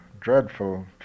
dreadful